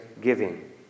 giving